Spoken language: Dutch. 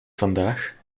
vandaag